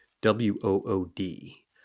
W-O-O-D